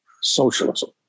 socialism